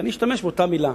אני אשתמש באותה מלה,